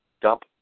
dump